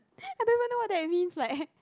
I don't even know what that means like